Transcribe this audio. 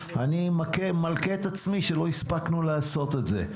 אני מלקה את עצמי שלא הספקנו לעשות את זה.